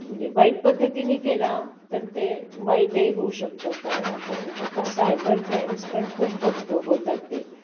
म्हणजे वाईट पद्धतीने केला तर ते वाईटही होऊ शकतं कारण आपण आता सायबर क्राईम्स पण खूप बघतो होतात ते